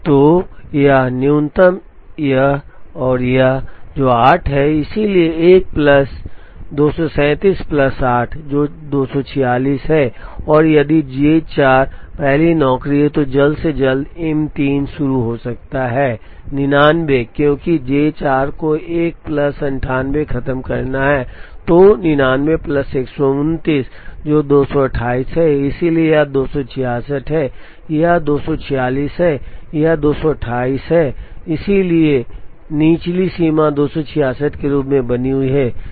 तो यह न्यूनतम यह और यह जो 8 है इसलिए 1 प्लस 237 प्लस 8 जो 246 है और यदि जे 4 पहली नौकरी है तो जल्द से जल्द एम 3 शुरू हो सकता है 99 क्योंकि जे 4 को 1 प्लस 98 खत्म करना है तो 99 प्लस 129 जो 228 है इसलिए यह 266 है यह 246 है यह 228 है इसलिए निचली सीमा 266 के रूप में बनी हुई है